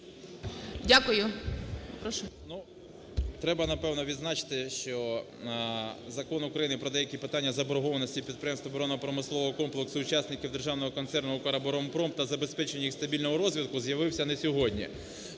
ВІННИК І.Ю. Треба, напевно, відзначити, що Закон України про деякі питання заборгованості підприємств оборонно-промислового комплексу - учасників Державного концерну "Укроборонпром" та забезпечення їх стабільного розвитку з'явився не сьогодні.